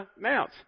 Mount